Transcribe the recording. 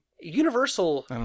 Universal